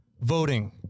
voting